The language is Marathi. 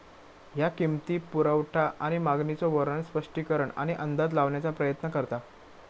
ह्या किंमती, पुरवठा आणि मागणीचो वर्णन, स्पष्टीकरण आणि अंदाज लावण्याचा प्रयत्न करता